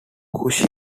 was